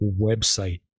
website